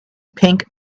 pink